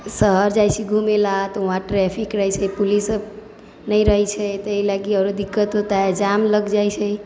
शहर जाइ छी घुमैला तऽ वहाँ ट्रैफिक रहै छै पुलिस नहि रहै छै तेहि लागि आओर दिक्कत होइ छै जाम लग जाइ छै